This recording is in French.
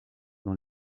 dans